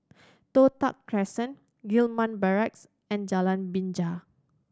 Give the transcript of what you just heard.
Toh Tuck Crescent Gillman Barracks and Jalan Binja